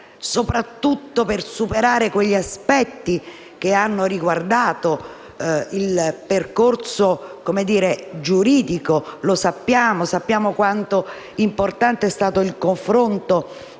soprattutto per superare gli aspetti che hanno riguardato il percorso giuridico. Sappiamo quanto importante sia stato il confronto